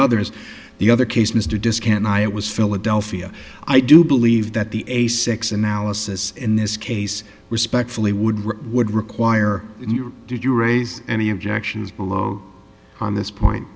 others the other case mr disc and i it was philadelphia i do believe that the a six analysis in this case respectfully would would require did you raise any objections below on this point